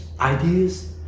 ideas